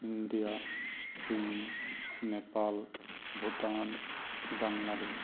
India চীন নেপাল ভূটান বাংলাদেশ